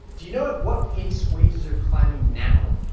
do you know at what pace wages are climbing now?